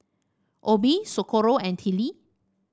Obie Socorro and Tillie